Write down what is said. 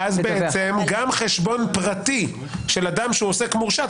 ואז אתה תקבל את המידע גם של חשבון פרטי של אדם שהוא עוסק מורשה.